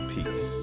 Peace